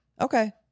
Okay